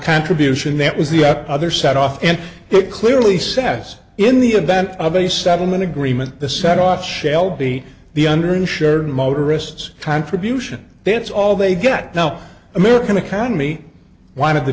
contribution that was the other set off and it clearly sas in the event of a settlement agreement the set off shelby the under insured motorists contribution that's all they get now american economy w